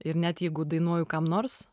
ir net jeigu dainuoju kam nors